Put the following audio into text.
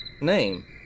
name